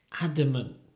adamant